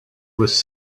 was